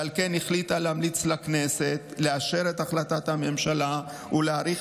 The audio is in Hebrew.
ועל כן החליטה להמליץ לכנסת לאשר את החלטת הממשלה ולהאריך